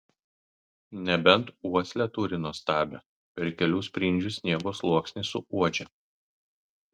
nebent uoslę turi nuostabią per kelių sprindžių sniego sluoksnį suuodžia